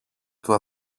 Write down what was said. του